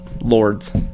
lords